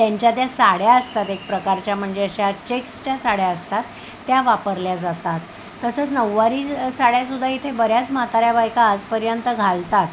त्यांच्या त्या साड्या असतात एक प्रकारच्या म्हणजे अशा चेक्सच्या साड्या असतात त्या वापरल्या जातात तसंच नऊवारी साड्या सुद्धा इथे बऱ्याच म्हाताऱ्या बायका आजपर्यंत घालतात